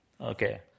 Okay